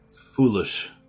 Foolish